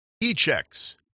e-checks